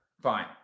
fine